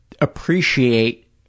appreciate